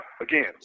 again